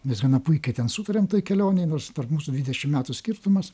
mes gana puikiai ten sutarėm toj kelionėj nors tarp mūsų dvidešim metų skirtumas